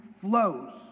flows